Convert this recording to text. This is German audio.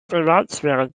privatsphäre